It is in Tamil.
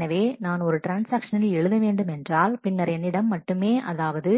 எனவே நான் ஒரு ட்ரான்ஸ்ஆக்ஷனில் எழுத வேண்டுமென்றால் பின்னர் என்னிடம் மட்டுமே அதாவது